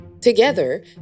Together